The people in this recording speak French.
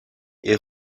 est